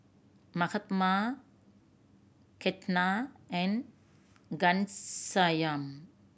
Mahatma Ketna and Ghanshyam